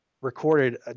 recorded